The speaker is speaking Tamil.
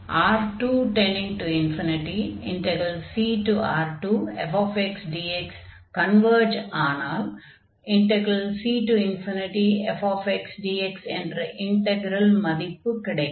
அதே போல் R2cR2fxdx கன்வர்ஜ் ஆனால் cfxdx என்ற இன்டக்ரல் மதிப்பு கிடைக்கும்